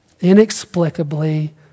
inexplicably